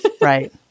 Right